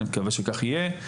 אני מקווה שכך יהיה.